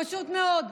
פשוט מאוד.